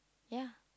ya